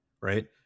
Right